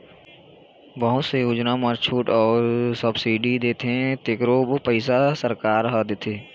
बहुत से योजना म छूट अउ सब्सिडी देथे तेखरो पइसा सरकार ह देथे